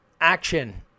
action